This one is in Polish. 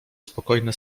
spokojne